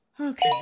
Okay